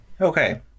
Okay